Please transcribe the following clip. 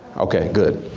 okay good.